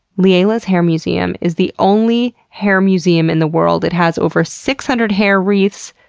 leila's hair museum is the only hair museum in the world. it has over six hundred hair wreaths,